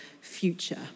future